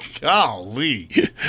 Golly